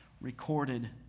recorded